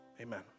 amen